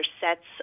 sets